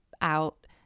out